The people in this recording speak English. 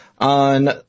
on